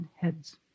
heads